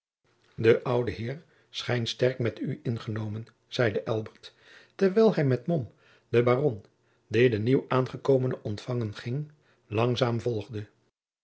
de oude heer schijnt sterk met u ingenomen zeide elbert terwijl hij met mom den baron die de nieuwaangekomene ontfangen ging langzaam volgde